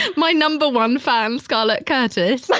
and my number one fan, um scarlett curtis. like